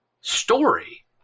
story